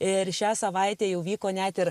ir šią savaitę jau vyko net ir